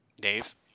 Dave